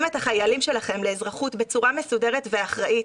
החיילים שלכם לאזרחות בצורה מסודרת ואחראית,